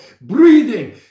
breathing